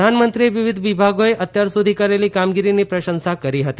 પ્રધાનમંત્રીએ વિવિધ વિભાગોએ અત્યાર સુધી કરેલી કામગીરીની પ્રશંસા કરી હતી